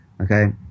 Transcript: Okay